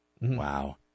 Wow